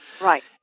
Right